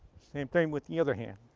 same thing with the other hand.